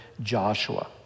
Joshua